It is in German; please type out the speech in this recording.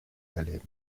erleben